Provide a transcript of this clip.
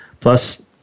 Plus